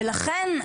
כלומר,